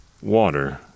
water